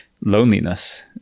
loneliness